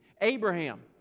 Abraham